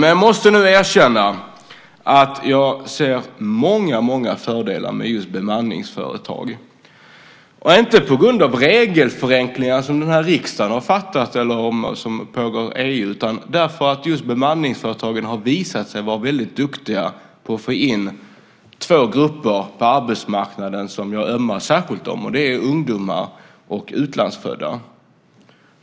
Men jag måste erkänna att jag ser många fördelar med just bemanningsföretag, inte på grund av regelförenklingar som riksdagen har beslutat eller som pågår inom EU utan därför att bemanningsföretagen har visat sig vara väldigt duktiga på att få in två grupper på arbetsmarknaden som jag ömmar särskilt för, och det är ungdomar och utlandsfödda.